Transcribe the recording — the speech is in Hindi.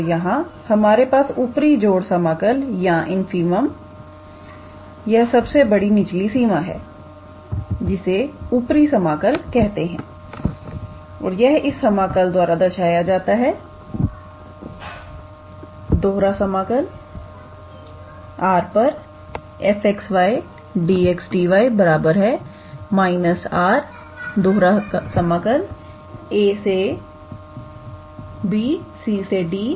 तो यहां पर हमारे पास उपरी जोड़ समाकल का इनफीमम यह सबसे बड़ी निचली सीमा है जिसे ऊपरी समाकल कहते हैं और यह इस समाकल द्वारा दर्शाया जाता है R 𝑓𝑥 𝑦𝑑𝑥𝑑𝑦 − 𝑅ab cd 𝑓𝑥 𝑦𝑑𝑥𝑑y